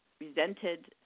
resented